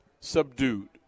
subdued